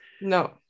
No